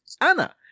Anna